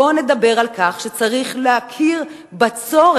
בואו נדבר על כך שצריך להכיר בצורך